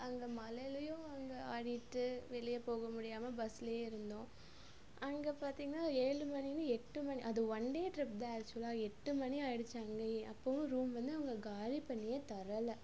அங்கே மழைலையும் அங்கே ஆடிகிட்டு வெளியே போக முடியாமல் பஸ்ஸுலையே இருந்தோம் அங்கே பார்த்திங்கனா ஏழு மணினு எட்டு மணி அது ஒன்டே ட்ரிப் அது ஆக்சுவலாக எட்டு மணி ஆயிடுச்சு அங்கையே அப்போவும் ரூம் வந்து அவங்க காலி பண்ணியே தரலை